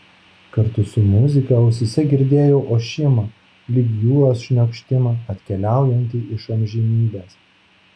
kartu su muzika ausyse girdėjau ošimą lyg jūros šniokštimą atkeliaujantį iš amžinybės